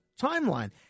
timeline